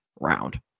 round